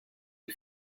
des